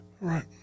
Right